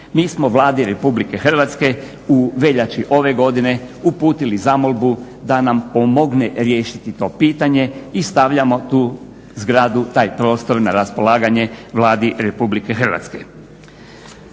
Mi smo Vladi Republike Hrvatske u veljači ove godine uputili zamolbu da nam pomogne riješiti to pitanje i stavljamo tu zgradu, taj prostor na raspolaganje Vladi Republike Hrvatske.